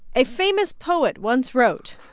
a famous poet once wrote.